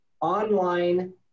online